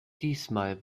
diesmal